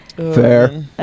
Fair